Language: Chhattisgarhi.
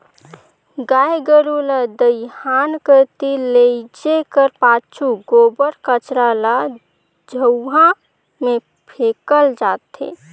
गाय गरू ल दईहान कती लेइजे कर पाछू गोबर कचरा ल झउहा मे फेकल जाथे